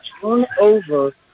turnover